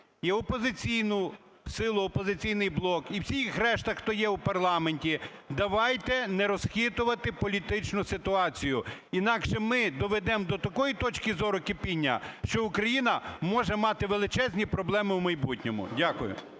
і опозиційну силу "Опозиційний блок", і всіх решта, хто є у парламенті: давайте не розхитувати політичну ситуацію, інакше ми доведемо до такої точки зору кипіння, що Україна може мати величезні проблеми у майбутньому. Дякую.